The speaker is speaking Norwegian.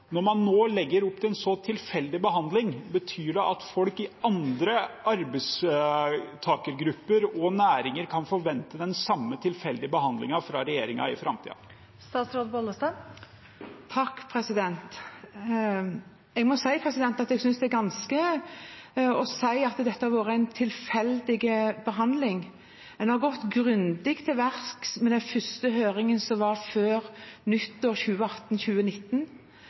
Når man nå legger opp til en så tilfeldig behandling, betyr det at folk i andre arbeidstakergrupper og næringer kan forvente den samme tilfeldige behandlingen fra regjeringen i framtiden? Jeg synes det er feil å si at det har vært en tilfeldig behandling. Man har gått grundig til verks med den første høringen som var før nyttår 2018/2019. Man har hatt forskriften ute på høring igjen etter å ha forbedret det som var gjort i 2018,